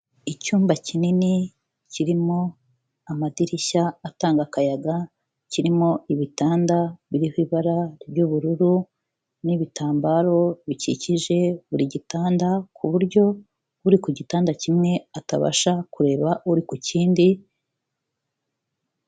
Icyumba kinini kirimo amadirishya atanga akayaga, kirimo ibitanda biriho ibara ry'ubururu n'ibitambaro bikikije buri gitanda, ku buryo uri ku gitanda kimwe atabasha kureba uri ku kindi.